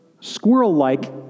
squirrel-like